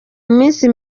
minsi